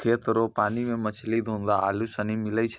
खेत रो पानी मे मछली, घोंघा आरु सनी मिलै छै